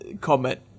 comment